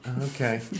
Okay